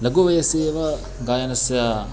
लघुवयसि एव गायनस्य